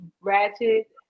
ratchet